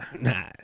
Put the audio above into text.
Nah